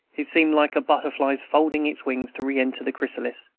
it seemed like a butterfly's folding its wings to re-enter the chrysalis.